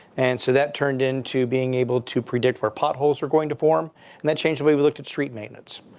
and so that turned into being able to predict where potholes were going to farm. and that changed the way we looked at street maintenance.